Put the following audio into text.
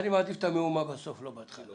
לא, אני מעדיף את המהומה בסוף ולא בהתחלה.